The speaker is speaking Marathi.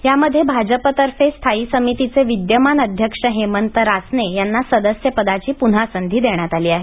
यामध्ये भाजपतर्फे स्थायी समितीचे विद्यमान अध्यक्ष हेमंत रासने यांना सदस्य पदाची पुन्हा संधी देण्यात आली आहे